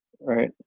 right